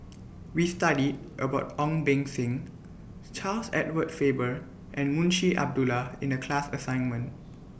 We studied about Ong Beng Seng Charles Edward Faber and Munshi Abdullah in The class assignment